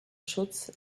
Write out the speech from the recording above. schutz